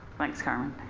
thanks, carmen.